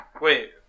Wait